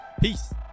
Peace